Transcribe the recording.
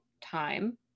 time